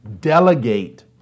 delegate